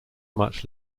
much